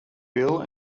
bill